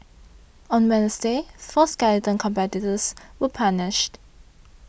on Wednesday four skeleton competitors were punished